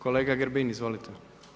Kolega Grbin izvolite.